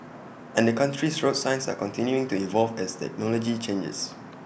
and the country's road signs are continuing to evolve as technology changes